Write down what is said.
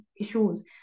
issues